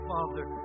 Father